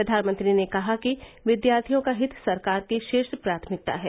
प्रधानमंत्री ने कहा कि विद्यार्थियों का हित सरकार की शीर्ष प्राथमिकता है